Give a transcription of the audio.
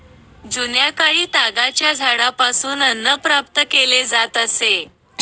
जुन्याकाळी तागाच्या झाडापासून अन्न प्राप्त केले जात असे